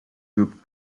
group